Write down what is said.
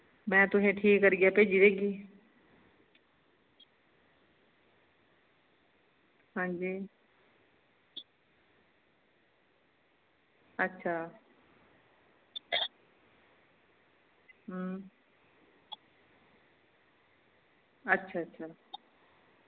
में तुसेंगी ठीक करियै भेजी देगी हां जी अच्छा हां अच्छा अच्छा